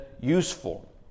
useful